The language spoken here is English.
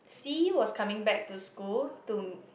C was coming back to school to